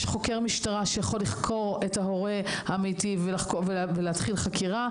יש חוקר משטרה שיכול לחקור את ההורה המיטיב ולהתחיל חקירה.